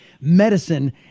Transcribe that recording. medicine